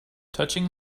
touching